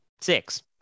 six